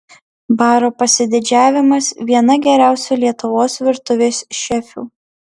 baro pasididžiavimas viena geriausių lietuvos virtuvės šefių